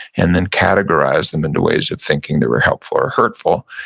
and then categorize them into ways of thinking they were helpful or hurtful.